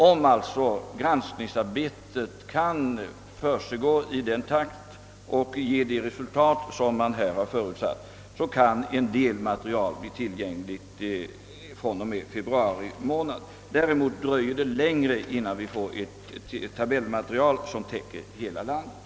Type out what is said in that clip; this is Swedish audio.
Om granskningsarbetet kan försiggå i den takt och ge de resultat som har förutsatts kan alltså en del material bli tillgängligt från och med februari månad. Däremot dröjer det längre innan vi får ett tabellmaterial som täcker hela landet.